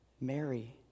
Mary